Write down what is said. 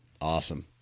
awesome